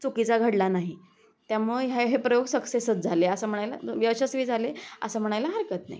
चुकीचा घडला नाही त्यामुळं ह्य हे प्रयोग सक्सेसच झाले असं म्हणायला ब् यशस्वी झाले असं म्हणायला हरकत नाही